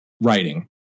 writing